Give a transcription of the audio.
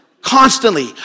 Constantly